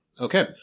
Okay